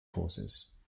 courses